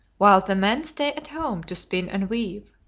while the men stay at home to spin and weave.